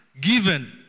given